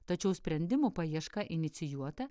tačiau sprendimų paieška inicijuota